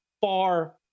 far